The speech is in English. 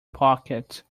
pocket